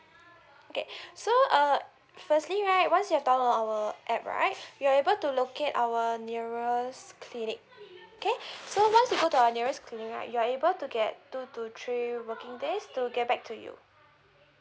okay so uh firstly right once you have download our app right you are able to locate our nearest clinic okay so once you go to our nearest clinic right you're able to get two to three working days to get back to you